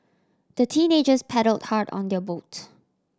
the teenagers paddled hard on their boat